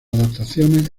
adaptaciones